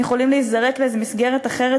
הם יכולים להיזרק לאיזו למסגרת אחרת,